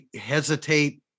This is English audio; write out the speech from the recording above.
hesitate